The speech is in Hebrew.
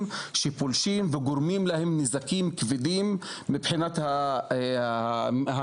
שפולשים וגורמים להם נזקים כבדים מבחינת המדגה.